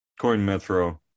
CoinMetro